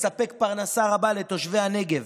נספק פרנסה רבה לתושבי הנגב,